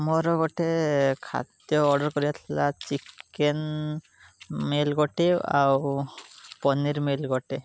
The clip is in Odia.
ମୋର ଗୋଟେ ଖାଦ୍ୟ ଅର୍ଡ଼ର୍ କରିବାର ଥିଲା ଚିକେନ୍ ମିଲ୍ ଗୋଟେ ଆଉ ପନିର୍ ମିଲ୍ ଗୋଟେ